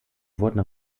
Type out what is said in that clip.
wurden